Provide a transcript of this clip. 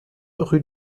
rue